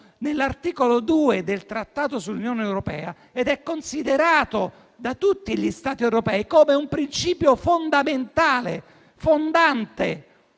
nell'articolo 2 del Trattato sull'Unione europea, ed è considerato da tutti gli Stati europei come un principio fondamentale e fondante?